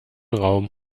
raum